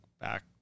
back